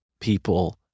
people